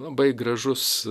labai gražus